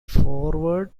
forward